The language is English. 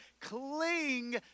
cling